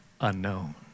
unknown